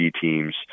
teams